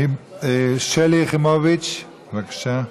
שלי יחימוביץ, בבקשה.